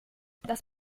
das